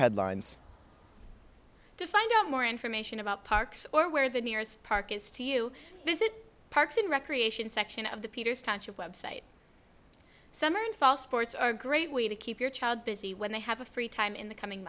headlines to find out more information about parks or where the nearest park is to you visit parks and recreation section of the peters township website summer and fall sports are a great way to keep your child busy when they have a free time in the coming